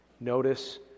Notice